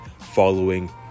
following